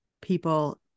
people